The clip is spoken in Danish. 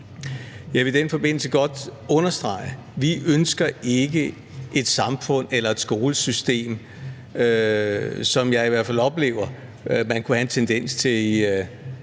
Jeg vil i den forbindelse godt understrege: Vi ønsker ikke et samfund eller et skolesystem som det, jeg i hvert fald oplever at man kunne have en tendens til